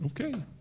okay